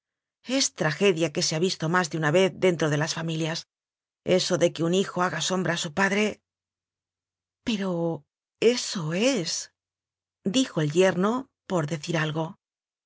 hijo es tragedia que se ha visto más de una vez dentro de las familias eso de que un hijo haga sombra a su padre pero eso es dijo el yerno por decir algo